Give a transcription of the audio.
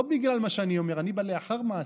לא בגלל מה שאני אומר, אני בא לאחר מעשה.